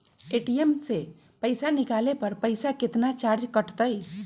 ATM से पईसा निकाले पर पईसा केतना चार्ज कटतई?